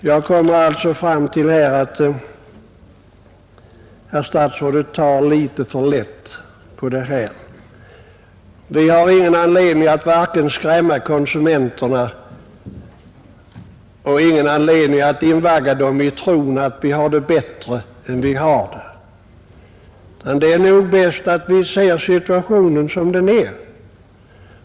Jag kommer därför fram till att statsrådet tar litet för lätt på dessa ting. Vi har ingen anledning att skrämma konsumenterna men inte heller att invagga dem i tron att vi har det bättre ställt än vad fallet är. Det är säkert bäst att vi ser situationen sådan den är.